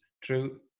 true